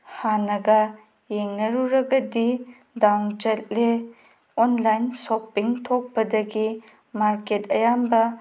ꯍꯥꯟꯅꯒ ꯌꯦꯡꯅꯔꯨꯔꯗꯤ ꯗꯥꯎꯟ ꯆꯠꯂꯦ ꯑꯣꯟꯂꯥꯏꯟ ꯁꯣꯞꯄꯤꯡ ꯊꯣꯛꯄꯗꯒꯤ ꯃꯥꯔꯀꯦꯠ ꯑꯌꯥꯝꯕ